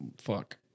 Fuck